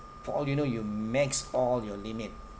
for all you know you max all your limit